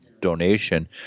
donation